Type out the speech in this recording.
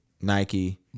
Nike